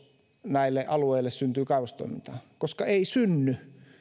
näille alueille syntyy kaivostoimintaa koska ei synny